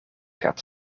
gaat